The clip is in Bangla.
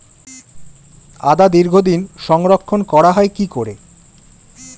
আদা দীর্ঘদিন সংরক্ষণ করা হয় কি করে?